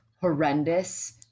horrendous